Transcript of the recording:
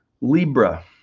libra